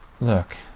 Look